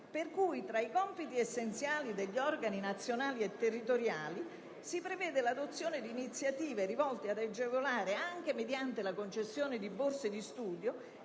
prevede, come compiti essenziali degli organi nazionali e territoriali, l'adozione di iniziative rivolte ad agevolare, anche mediante la concessione di borse di studio,